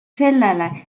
sellele